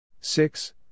six